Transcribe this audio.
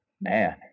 Man